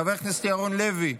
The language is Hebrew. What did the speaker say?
חבר הכנסת ירון לוי,